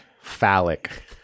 phallic